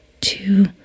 two